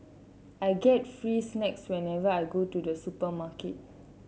I get free snacks whenever I go to the supermarket